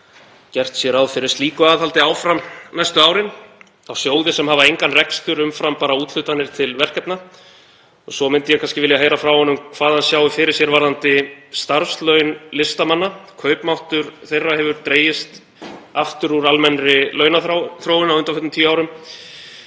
gert sé ráð fyrir slíku aðhaldi áfram næstu árin, á þá sjóði sem hafa engan rekstur umfram úthlutanir til verkefna. Svo myndi ég kannski vilja heyra frá honum hvað hann sjái fyrir sér varðandi starfslaun listamanna. Kaupmáttur þeirra hefur dregist aftur úr almennri launaþróun á undanförnum